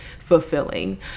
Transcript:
fulfilling